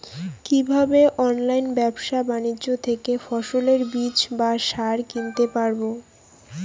কীভাবে অনলাইন ব্যাবসা বাণিজ্য থেকে ফসলের বীজ বা সার কিনতে পারবো?